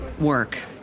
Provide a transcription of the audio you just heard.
work